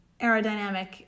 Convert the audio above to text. aerodynamic